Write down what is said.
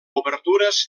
obertures